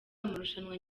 amarushanwa